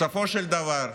בסופו של דבר,